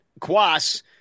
Quas